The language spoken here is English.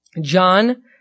John